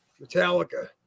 Metallica